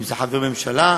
אם חברי ממשלה,